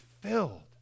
filled